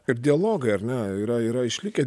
kaip dialogai ar ne yra yra išlikę